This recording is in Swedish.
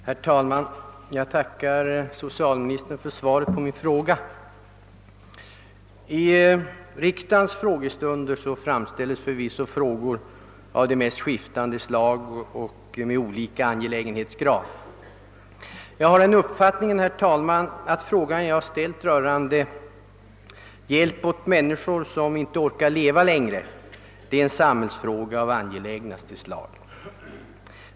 Herr talman! Jag tackar socialministern för svaret på min fråga. Vid riksdagens frågestunder framställs förvisso frågor av de mest skiftande slag och med olika angelägenhetsgrad. Jag har den uppfattningen, herr talman, att den fråga som jag ställt rörande hjälp åt människor som inte längre orkar leva rör en samhällsuppgift av angelägnaste slag.